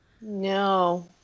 No